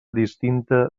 distinta